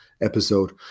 episode